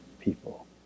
people